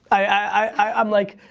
i'm like,